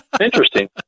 Interesting